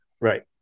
Right